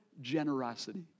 generosity